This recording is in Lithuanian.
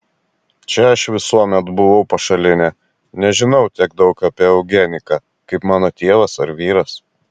čia aš visuomet buvau pašalinė nežinau tiek daug apie eugeniką kaip mano tėvas ar vyras